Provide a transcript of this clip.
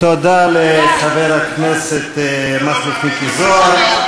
תודה לחבר הכנסת מכלוף מיקי זוהר.